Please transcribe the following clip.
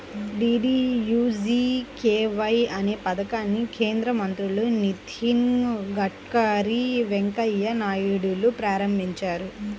DDUGKY అనే పథకాన్ని కేంద్ర మంత్రులు నితిన్ గడ్కరీ, వెంకయ్య నాయుడులు ప్రారంభించారు